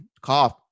cough